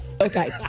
Okay